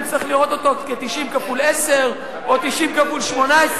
צריך לראות אותו כ-90 כפול 10 או 90 כפול 18,